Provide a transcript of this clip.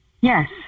Yes